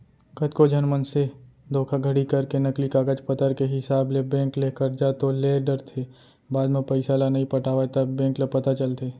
कतको झन मन धोखाघड़ी करके नकली कागज पतर के हिसाब ले बेंक ले करजा तो ले डरथे बाद म पइसा ल नइ पटावय तब बेंक ल पता चलथे